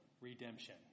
redemption